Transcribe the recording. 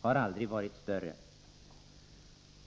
har aldrig varit större.